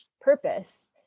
purpose